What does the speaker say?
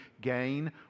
gain